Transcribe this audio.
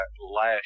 last